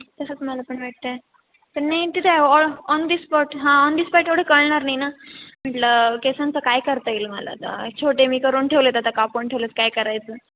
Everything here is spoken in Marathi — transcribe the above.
तसंच मला पण वाटत आहे पण नाही तिथे ऑ ऑन दी स्पॉट हा ऑन दी स्पॉट एवढं कळणार नाही ना म्हटलं केसांचं काय करता येईल मला आ छोटे मी करून ठेवलेत आता कापून ठेवलेत काय करायचं